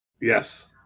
Yes